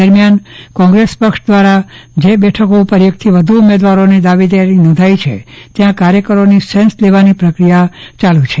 દરમિયાન કોંગ્રેસ પક્ષ દ્વારા જે બેઠકો ઉપર એકથી વધ્ર ઉમેદવારોને દાવેદારી નોંધાઇ છે ત્યાં કાર્યકરોની સેન્સ લેવાની પ્રક્રિયા ચાલુ છે